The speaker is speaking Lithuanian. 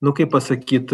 nu kaip pasakyt